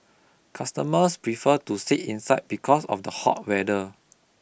customers prefer to sit inside because of the hot weather